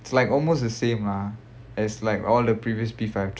it's like almost the same lah as like all the previous beef I've tried before